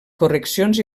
correccions